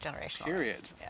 period